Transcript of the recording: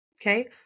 Okay